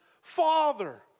father